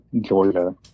georgia